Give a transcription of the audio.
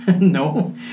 No